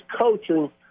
coaching